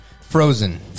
Frozen